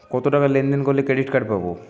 কতটাকা লেনদেন করলে ক্রেডিট কার্ড পাব?